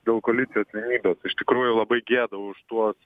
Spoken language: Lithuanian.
dėl koalicijos vienybės iš tikrųjų labai gėda už tuos